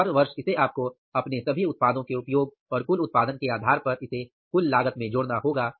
और हर वर्ष इसे आपको अपने सभी उत्पादों के उपयोग और कुल उत्पादन के आधार पर इसे कुल लागत में जोड़ना होगा